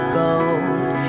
gold